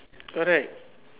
correct